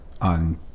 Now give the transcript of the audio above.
on